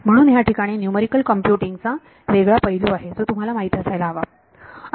म्हणून ह्या ठिकाणी न्यूमरिकल कम्प्युटिंग चा वेगळा पैलू आहे जो तुम्हाला माहीत असायला हवा